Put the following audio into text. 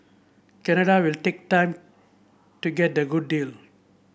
Canada will take time to get a good deal